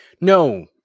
No